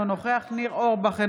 אינו נוכח ניר אורבך,